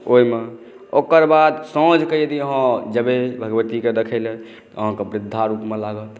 ओहिमे ओकर बाद साँझक यदि अहाँ जेबै भगवतीके देख़य लए तऽ अहाँके वृद्धा रूपमे लागत